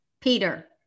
Peter